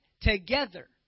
together